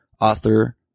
author